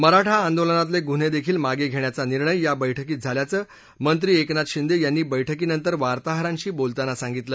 मराठा आंदोलनातलप्रिन्हह्क्कील मागविष्प्राचा निर्णय या बैठकीत झाल्याचं मंत्री एकनाथ शिंदक्रांनी बैठकीनंतर वार्ताहरांशी बोलताना सांगितलं